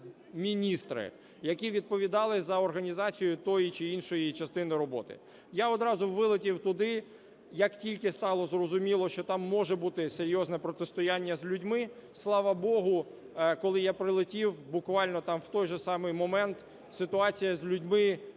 міністри, які відповідали за організацію тієї чи іншої частини роботи. Я одразу вилетів туди, як тільки стало зрозуміло, що там може бути серйозне протистояння з людьми. Слава Богу, коли я прилетів, буквально в той же самий момент ситуація з людьми,